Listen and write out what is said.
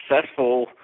successful